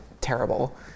terrible